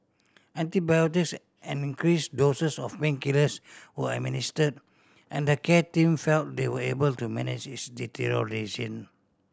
antibiotics and increase doses of painkillers were administered and the care team felt they were able to manage its deterioration